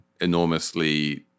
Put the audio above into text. enormously